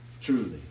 truly